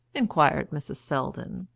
inquired mrs. selldon,